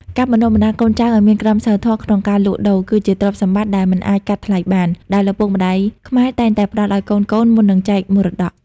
ការបណ្ដុះបណ្ដាលកូនចៅឱ្យមានក្រមសីលធម៌ក្នុងការលក់ដូរ គឺជាទ្រព្យសម្បត្តិដែលមិនអាចកាត់ថ្លៃបាន ដែលឪពុកម្ដាយខ្មែរតែងតែផ្ដល់ឱ្យកូនៗមុននឹងចែកមរតក។